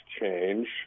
change